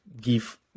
give